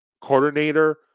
coordinator